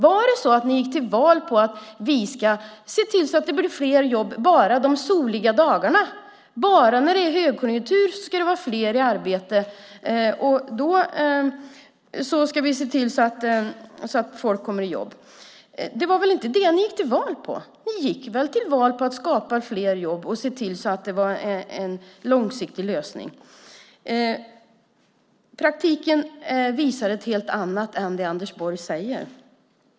Jag undrar om ni gick till val på det här: Vi ska se till att det blir fler jobb bara de soliga dagarna. Bara när det är högkonjunktur ska det vara fler i arbete. Då ska vi se till att folk kommer i jobb. Det var väl inte det ni gick till val på? Ni gick väl till val på att skapa fler jobb och se till att det blev en långsiktig lösning? Praktiken visar något helt annat än det Anders Borg säger.